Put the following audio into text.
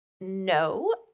No